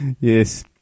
Yes